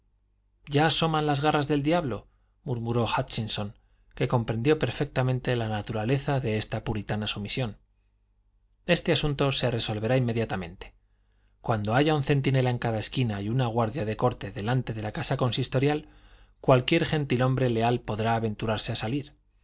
ya asoman las garras del diablo murmuró hútchinson que comprendió perfectamente la naturaleza de esta puritana sumisión este asunto se resolverá inmediatamente cuando haya un centinela en cada esquina y una guardia de corte delante de la casa consistorial cualquier gentilhombre leal podrá aventurarse a salir